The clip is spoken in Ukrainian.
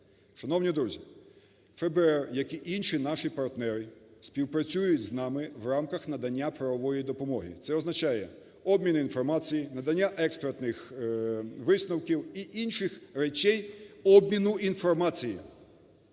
Шановні друзі, ФБР, як і інші наші партнери, співпрацюють з нами в рамках надання правової допомоги. Це означає обмін інформацією, надання експертних висновків і інших речей обміну інформацією.